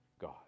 God